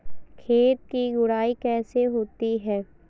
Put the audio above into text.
खेत की गुड़ाई कैसे होती हैं?